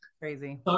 Crazy